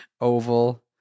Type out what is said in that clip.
Oval